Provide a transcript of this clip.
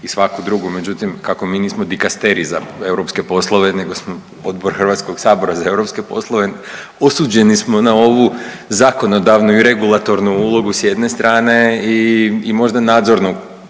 i svaku drugu, međutim kako mi nismo dikasterij za europske poslove nego smo Odbor HS-a za europske poslove osuđeni smo na ovu zakonodavnu i regulatornu ulogu s jedne strane i možda nadzornom